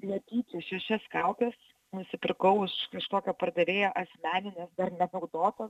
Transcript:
netyčia šešias kaukes nusipirkau iš kažkokio pardavėjo asmenines dar nenaudotas